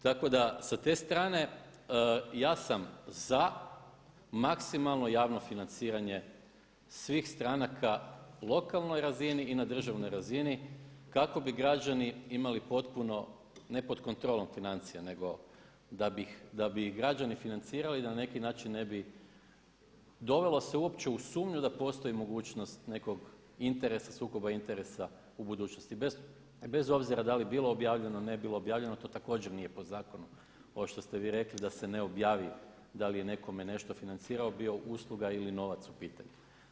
Tako da sa te strane ja sam za maksimalno javno financiranje svih stranaka lokalnoj razini i na državnoj razini kako bi građani imali potpuno ne pod kontrolom financije nego da bi građani financirali na neki način ne bi dovelo se uopće u sumnju da postoji mogućnost nekog interesa, sukoba interesa u budućnosti bez obzira da li bilo objavljeno, ne bilo objavljeno to također nije po zakonu ovo što ste vi rekli da se ne objavi da li je nekome nešto financirao bio usluga ili novac u pitanju.